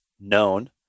known